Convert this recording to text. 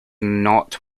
not